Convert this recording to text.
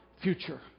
future